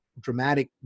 dramatic